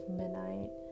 midnight